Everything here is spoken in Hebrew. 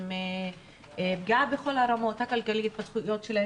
פגיעה בכל הרמות: הכלכלית,